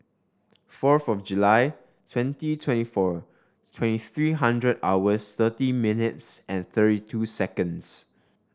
fourth of July twenty twenty four twenty three hundred hours thirty minutes and thirty two seconds